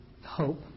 hope